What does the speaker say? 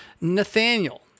Nathaniel